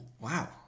wow